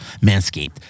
Manscaped